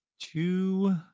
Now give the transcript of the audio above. two